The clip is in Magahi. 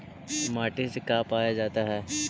माटी से का पाया जाता है?